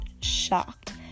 shocked